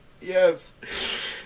Yes